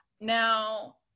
Now